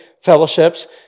fellowships